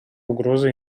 угрозой